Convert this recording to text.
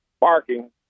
barking